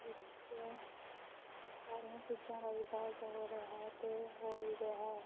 ਵਿੱਚ ਸਾਰੀਆਂ ਚੀਜ਼ਾਂ ਦਾ ਵਿਕਾਸ ਹੋ ਰਿਹਾ ਹੈ ਅਤੇ ਹੋ ਵੀ ਗਿਆ ਹੈ